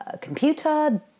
computer